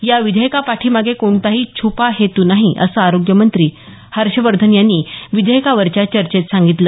या विधेयकापाठीमागे कोणताही छुपा हेतू नाही असं आरोग्यमंत्री हर्षवर्धन यांनी विधेयकावरच्या चर्चेत सांगितलं